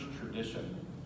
tradition